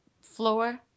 floor